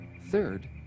Third